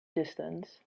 distance